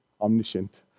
Omniscient